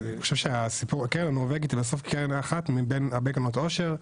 אני חושב שהסיפור של הקרן הנורבגית היא בסוף קרן אחת מהרבה קרנות עושר,